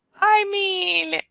i mean,